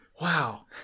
Wow